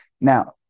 Now